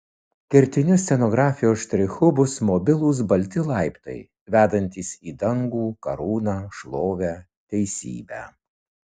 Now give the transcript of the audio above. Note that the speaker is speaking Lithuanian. kertiniu scenografijos štrichu bus mobilūs balti laiptai vedantys į dangų karūną šlovę teisybę